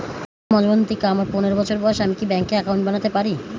আমার নাম মজ্ঝন্তিকা, আমার পনেরো বছর বয়স, আমি কি ব্যঙ্কে একাউন্ট বানাতে পারি?